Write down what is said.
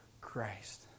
Christ